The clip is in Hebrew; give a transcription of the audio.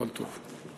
כל טוב.